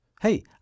Hey